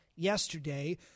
Yesterday